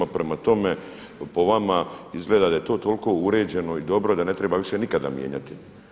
Prema tome, po vama izgleda da je to toliko uređeno i dobro da ne treba više nikada mijenjati.